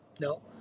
No